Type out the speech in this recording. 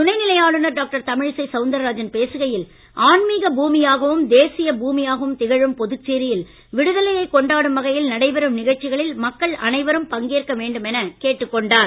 துணைநிலை ஆளுநர் டாக்டர் தமிழிசை சவுந்தரராஜன் பேசுகையில் ஆன்மீக பூமியாகவும் தேசிய பூமியாகத் திகழும் புதுச்சேரியில் விடுதலையை கொண்டாடும் வகையில் நடைபெறும் நிகழ்ச்சிகளில் மக்கள் அனைவரும் பங்கேற்க வேண்டும் எனக் கேட்டுக் கொண்டார்